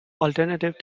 alternative